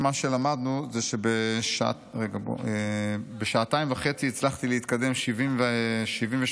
מה שלמדנו זה שבשעתיים וחצי הצלחתי להתקדם 73 עמודים.